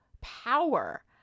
power